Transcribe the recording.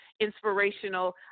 inspirational